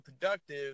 productive